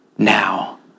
Now